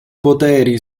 poteri